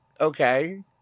okay